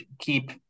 keep